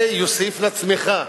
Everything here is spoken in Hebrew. זה יוסיף לצמיחה.